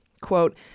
Quote